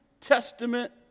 Testament